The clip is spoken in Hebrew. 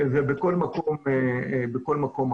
ובכל מקום אחר.